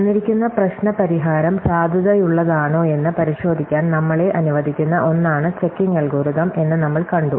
തന്നിരിക്കുന്ന പ്രശ്ന പരിഹാരം സാധുതയുള്ളതാണോയെന്ന് പരിശോധിക്കാൻ നമ്മളെ അനുവദിക്കുന്ന ഒന്നാണ് ചെക്കിംഗ് അൽഗോരിതം എന്ന് നമ്മൾ കണ്ടു